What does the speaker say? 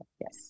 Yes